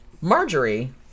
Marjorie